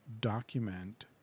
document